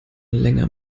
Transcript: länger